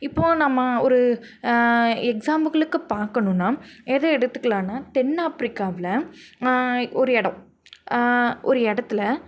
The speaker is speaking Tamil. இப்போது நம்ம ஒரு எக்ஸாம்புகளுக்கு பார்க்கணுன்னா எதை எடுத்துக்கலானா தென்னாப்பிரிக்காவில் ஒரு இடம் ஒரு இடத்துல